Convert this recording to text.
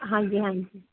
ਹਾਂਜੀ ਹਾਂਜੀ